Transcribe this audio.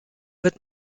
wird